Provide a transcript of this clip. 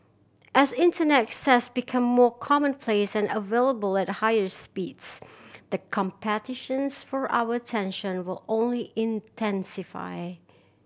as Internet access become more commonplace and available at higher speeds the competitions for our attention will only intensify